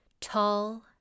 tall